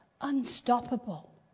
unstoppable